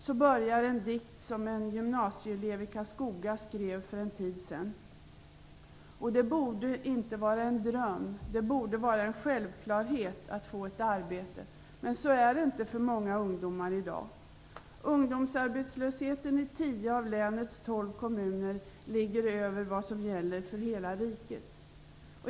Så börjar en dikt som en gymnasieelev i Karlskoga skrev för en tid sedan. Det borde inte vara en dröm. Det borde vara en självklarhet att få ett arbete. Men så är det inte för många ungdomar i dag. Ungdomsarbetslösheten i tio av länets tolv kommuner ligger över vad som gäller för hela riket.